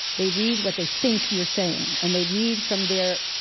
they read what they think you're saying. and they read from their,